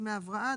דמי הבראה,